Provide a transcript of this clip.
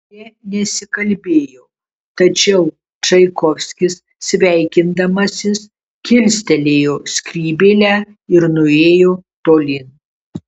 jie nesikalbėjo tačiau čaikovskis sveikindamasis kilstelėjo skrybėlę ir nuėjo tolyn